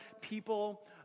people